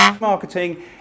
marketing